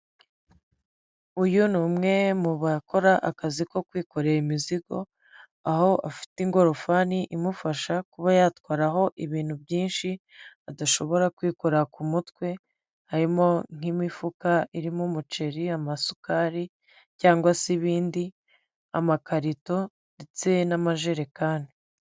Uyu ni umwe mu bakora akazi ko kwikorera imizigo aho afite ingorofani imufasha kuba yatwaraho ibintu byinshi adashobora kwikora ku mutwe harimo: nk'imifuka irimo umuceri, amasukari cyangwa se ibindi, amakarito ndetse n'amajerekani.